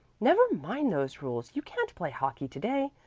never mind those rules. you can't play hockey to-day.